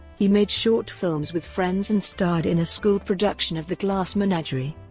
he made short films with friends and starred in a school production of the glass menagerie.